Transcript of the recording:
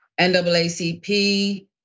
NAACP